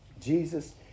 Jesus